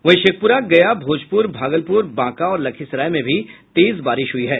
वहीं शेखपुरा गया भोजपुर भागलपुर बांका और लखीसराय में भी तेज बारिश हुई है